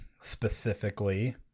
specifically